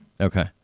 Okay